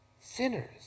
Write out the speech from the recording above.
sinners